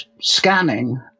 scanning